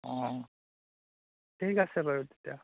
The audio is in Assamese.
অঁ ঠিক আছে বাৰু তেতিয়া